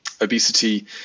obesity